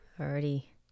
Already